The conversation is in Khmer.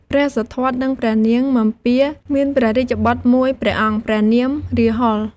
ព្រះសិទ្ធត្ថ និងព្រះនាងពិម្ពា មានព្រះរាជបុត្រមួយព្រះអង្គព្រះនាម រាហុល។